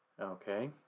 Okay